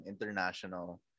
international